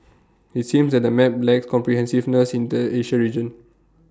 IT seems that the map lacks comprehensiveness in the Asia region